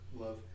love